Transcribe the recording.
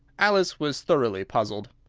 alice was thoroughly puzzled.